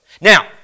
Now